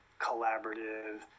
collaborative